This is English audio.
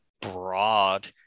broad